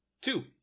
Two